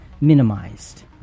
minimized